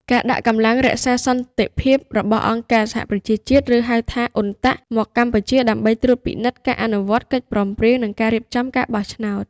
ការដាក់កម្លាំងរក្សាសន្តិភាពរបស់អង្គការសហប្រជាជាតិ ឬ ហៅថា UNTAC មកកម្ពុជា ដើម្បីត្រួតពិនិត្យការអនុវត្តកិច្ចព្រមព្រៀង និងការរៀបចំការបោះឆ្នោត។